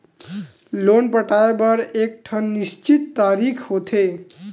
loan पटाए बर एकठन निस्चित तारीख होथे